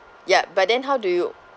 yup but then how do you